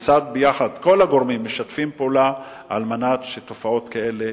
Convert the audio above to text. וכיצד יחד כל הגורמים משתפים פעולה כדי שתופעות כאלה,